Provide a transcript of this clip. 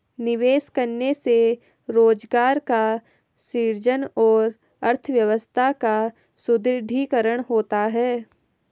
निवेश करने से रोजगार का सृजन और अर्थव्यवस्था का सुदृढ़ीकरण होता है